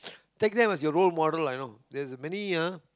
take them as your role model lah you know there's uh many ah